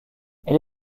elle